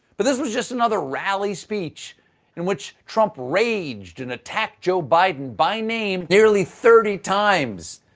but this was just another rally speech in which trump raged and attacked joe biden by name nearly thirty times.